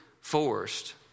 forced